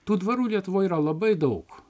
tų dvarų lietuvoj yra labai daug